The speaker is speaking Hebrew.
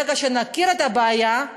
ברגע שנכיר בבעיה,